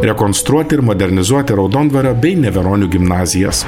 rekonstruoti ir modernizuoti raudondvario bei neveronių gimnazijas